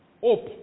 hope